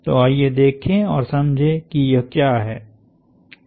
तो आइए देखें और समझे कि यह क्या है